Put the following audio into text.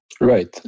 Right